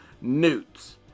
Newts